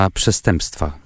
przestępstwa